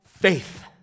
faith